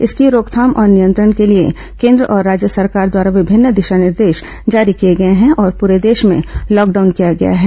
इसकी रोकथाम और नियंत्रण के लिए केन्द्र और राज्य सरकार द्वारा विभिन्न दिशा निर्देश जारी किए गए हैं और पूरे देश में लॉकडाउन किया गया है